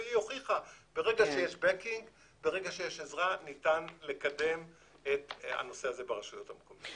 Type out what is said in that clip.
והיא הוכיחה שברגע שיש עזרה ניתן לקדם את הנושא הזה ברשויות המקומיות.